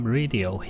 Radio